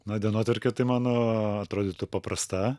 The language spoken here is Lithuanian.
na dienotvarkė tai mano atrodytų paprasta